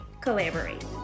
collaborate